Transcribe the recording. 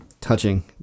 touching